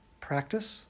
practice